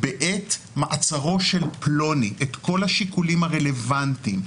בעת מעצרו של פלוני את כל השיקולים הרלוונטיים,